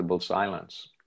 silence